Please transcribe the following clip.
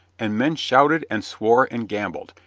and men shouted and swore and gambled,